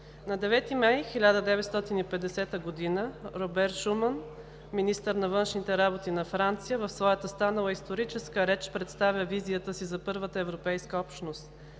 На 9 май 1950 г. Робер Шуман – министър на външните работи на Франция, в своята станала историческа реч представя визията си за първата европейска общност.